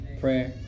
prayer